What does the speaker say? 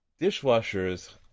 dishwashers